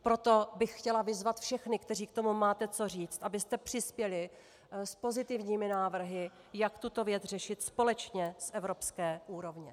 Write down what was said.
Proto bych chtěla vyzvat všechny, kteří k tomu máte co říct, abyste přispěli s pozitivními návrhy, jak tuto věc řešit společně z evropské úrovně.